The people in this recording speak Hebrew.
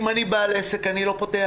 אם אני בעל עסק, אני לא פותח.